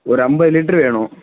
ஒரு ஐம்பது லிட்ரு வேணும்